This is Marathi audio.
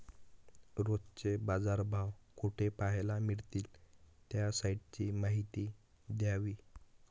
रोजचे बाजारभाव कोठे पहायला मिळतील? त्या साईटची माहिती द्यावी